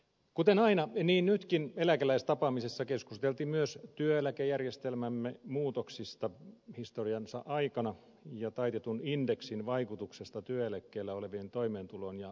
kuten aina niin nytkin eläkeläistapaamisessa keskusteltiin myös työeläkejärjestelmämme muutoksista historiansa aikana ja taitetun indeksin vaikutuksesta työeläkkeellä olevien toimeentuloon ja ostovoimaan